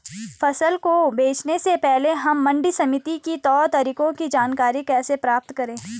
फसल को बेचने से पहले हम मंडी समिति के तौर तरीकों की जानकारी कैसे प्राप्त करें?